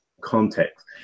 context